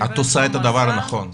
את עושה את הדבר הנכון.